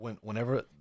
Whenever